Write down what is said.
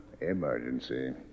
Emergency